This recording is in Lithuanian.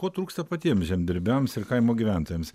ko trūksta patiem žemdirbiams ir kaimo gyventojams